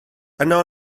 yno